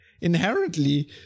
inherently